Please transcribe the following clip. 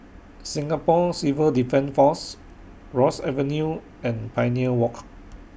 Singapore Civil Defence Force Ross Avenue and Pioneer Walk